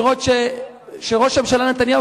לראות שראש הממשלה נתניהו,